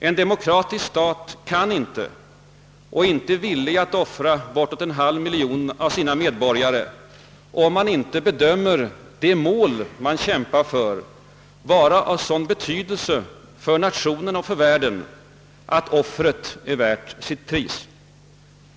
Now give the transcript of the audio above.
En demokratisk stat är inte villig att offra bortåt en halv miljon av sina medborgare, om den inte bedömer det mål den kämpar för vara av sådan betydelse för nationen och världen att offret är värt sitt pris.